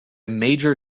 major